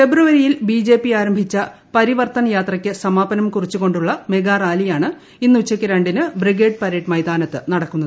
ഫെബ്രുവരിയിൽ ബിജെപി ആരംഭിച്ച പരിവർത്തൻ യാത്രക്ക് സമാപനം കുറിച്ചു കൊണ്ടുള്ള മെഗാ റാലിയാണ് ഇന്ന് ഉച്ചക്ക് രണ്ടിന് ബ്രിഗേഡ് പരേഡ് മൈതാനത്ത് നടക്കുന്നത്